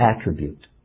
attribute